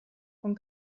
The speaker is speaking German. von